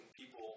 people